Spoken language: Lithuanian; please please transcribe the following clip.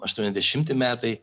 aštuoniasdešimti metai